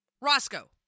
Roscoe